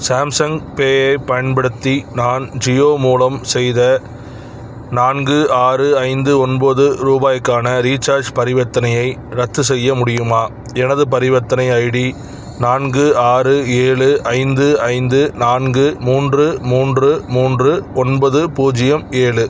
Samsung pay ஐப் பயன்படுத்தி நான் ஜியோ மூலம் செய்த நான்கு ஆறு ஐந்து ஒன்பது ரூபாய்க்கான ரீசார்ஜ் பரிவர்த்தனையை ரத்து செய்ய முடியுமா எனது பரிவர்த்தனை ஐடி நான்கு ஆறு ஏழு ஐந்து ஐந்து நான்கு மூன்று மூன்று மூன்று ஒன்பது பூஜ்ஜியம் ஏழு